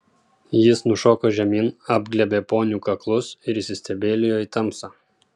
jis nušoko žemyn apglėbė ponių kaklus ir įsistebeilijo į tamsą